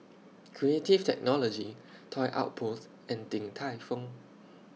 Creative Technology Toy Outpost and Din Tai Fung